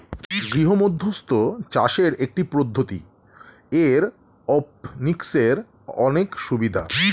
গৃহমধ্যস্থ চাষের একটি পদ্ধতি, এরওপনিক্সের অনেক সুবিধা